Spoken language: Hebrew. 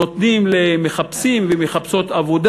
נותנים למחפשים ומחפשות עבודה.